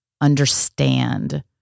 understand